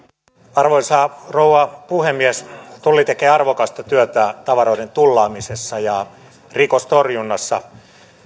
arvoisa rouva puhemies tulli tekee arvokasta työtä tavaroiden tullaamisessa ja rikostorjunnassa